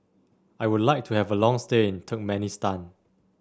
I would like to have a long stay in Turkmenistan